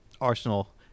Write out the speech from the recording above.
Arsenal